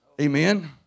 Amen